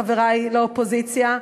חברי לאופוזיציה,